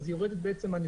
אז היא יורדת מהנתונים.